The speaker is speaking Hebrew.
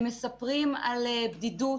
הם מספרים על בדידות,